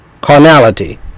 carnality